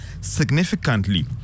significantly